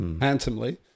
handsomely